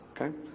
Okay